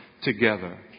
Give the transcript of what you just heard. together